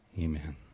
Amen